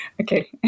Okay